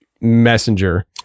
messenger